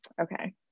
Okay